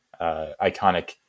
iconic